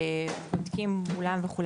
ובודקים מולם וכו',